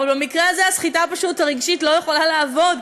אבל במקרה הזה הסחיטה הרגשית פשוט לא יכולה לעבוד,